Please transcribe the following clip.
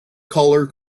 colour